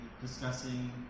discussing